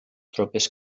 tropes